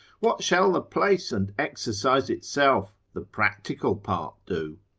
what shall the place and exercise itself, the practical part do?